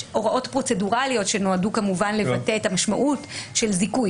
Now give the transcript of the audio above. יש הוראות פרוצדורליות שנועדו כמובן לבטא את המשמעות של זיכוי.